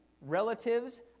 relatives